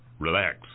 relax